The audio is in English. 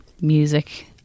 music